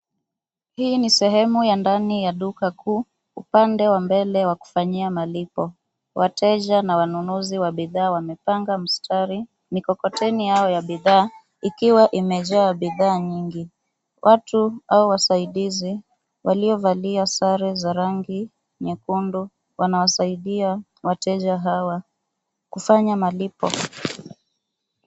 Hii ni sehemu ya ndani ya duka kuu, upande wa mbele wa kufanyia malipo. Wateja na wanunuzi wa bidhaa wamepanga mstari, mikokoteni yao ya bidhaa ikiwa imejaa bidhaa nyingi. Watu au wasaidizi waliovalia sare za rangi nyekundu wanawasaidia wateja hawa kufanya malipo.